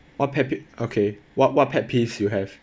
what pet pe~ okay what what pet peeves you have